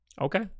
Okay